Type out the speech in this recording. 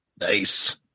Nice